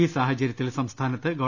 ഈ സാഹചര്യത്തിൽ സംസ്ഥാനത്ത് ഗവ